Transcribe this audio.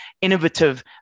innovative